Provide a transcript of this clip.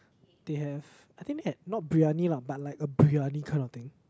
they have I think that not briyani lah but like a briyani kind of thing